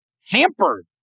hampered